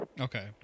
okay